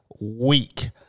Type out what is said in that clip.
week